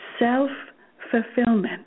self-fulfillment